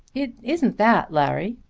it isn't that, larry,